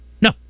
No